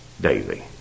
daily